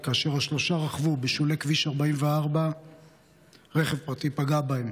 וכאשר השלושה רכבו בשולי כביש 44 רכב פרטי פגע בהם